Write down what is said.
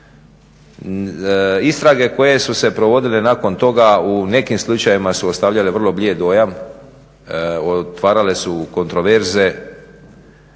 Istrage koje su se provodile nakon toga u nekim slučajevima su ostavljale vrlo blijed dojam, otvarale su kontroverze,